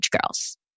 girls